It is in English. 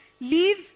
leave